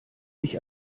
sich